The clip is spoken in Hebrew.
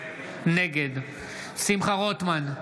נגד שמחה רוטמן,